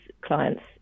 clients